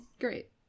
great